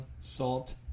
salt